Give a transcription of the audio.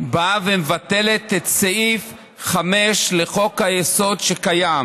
באה ומבטלת את סעיף 5 לחוק-היסוד שקיים.